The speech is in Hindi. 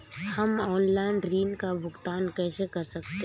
हम ऑनलाइन ऋण का भुगतान कैसे कर सकते हैं?